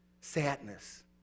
sadness